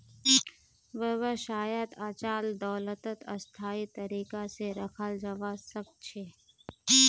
व्यवसायत अचल दोलतक स्थायी तरीका से रखाल जवा सक छे